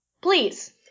Please